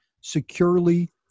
securely